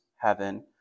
heaven